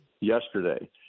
yesterday